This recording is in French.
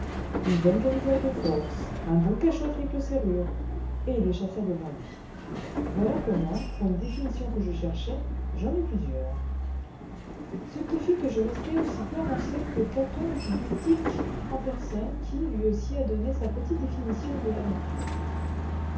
une bonne camisole de force un bon cachot à triple serrure et il les chassa devant lui voilà comment pour une définition que je cherchais j'en eus plusieurs ce qui fit que je restai aussi peu avancé que caton d'utique en personne qui lui aussi a donné sa petite définition de la vertu